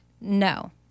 no